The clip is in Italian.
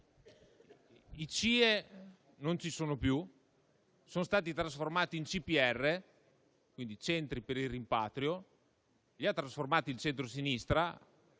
I CIE non ci sono più e sono stati trasformati in Centri per il rimpatrio (CPR); li ha trasformati il centrosinistra